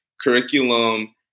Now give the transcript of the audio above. curriculum